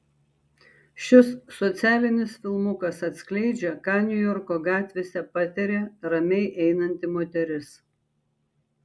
šis socialinis filmukas atskleidžia ką niujorko gatvėse patiria ramiai einanti moteris